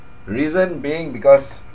reason being because